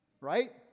Right